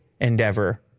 endeavor